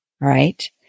Right